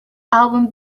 album